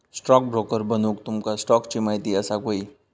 stockbroker बनूक तुमका स्टॉक्सची महिती असाक व्हयी